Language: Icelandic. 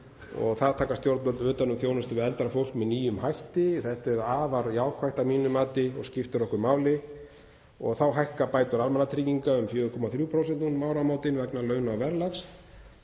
Þar taka stjórnvöld utan um þjónustu við eldra fólk með nýjum hætti. Þetta er afar jákvætt að mínu mati og skiptir okkur máli. Þá hækka bætur almannatrygginga um 4,3% núna um áramótin vegna launa og verðlags